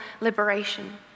liberation